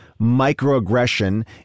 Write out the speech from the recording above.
microaggression